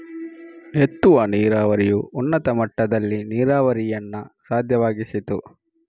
ಎತ್ತುವ ನೀರಾವರಿಯು ಉನ್ನತ ಮಟ್ಟದಲ್ಲಿ ನೀರಾವರಿಯನ್ನು ಸಾಧ್ಯವಾಗಿಸಿತು